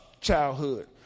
childhood